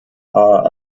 are